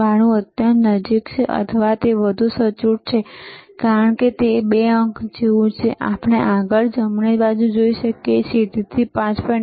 92 અત્યંત નજીક છે અથવા આ વધુ સચોટ છે કારણ કે આ 2 અંક જેવું છે આપણે આગળ જમણે જોઈ શકીએ છીએ તેથી 5